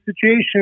situation